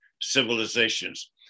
civilizations